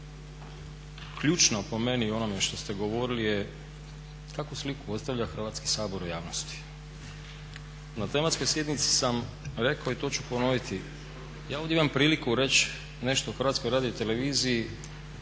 ključno po meni o onome što ste govorili je kakvu sliku ostavlja Hrvatski sabor u javnosti? Na tematskoj sjednici sam rekao i to ću ponoviti. Ja ovdje imam priliku reći nešto o HRT-u, o iskustvu